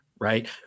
right